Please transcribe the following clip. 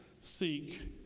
seek